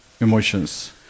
emotions